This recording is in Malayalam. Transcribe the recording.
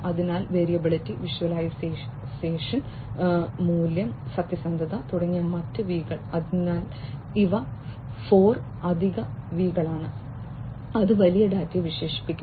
അതിനാൽ വേരിയബിലിറ്റി വിഷ്വലൈസേഷൻ മൂല്യം സത്യസന്ധത തുടങ്ങിയ മറ്റ് V കൾ അതിനാൽ ഇവ 4 അധിക V കളാണ് അത് വലിയ ഡാറ്റയെ വിശേഷിപ്പിക്കും